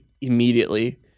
immediately